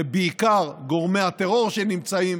ובעיקר גורמי הטרור שנמצאים